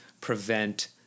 prevent